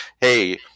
hey